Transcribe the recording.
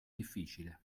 difficile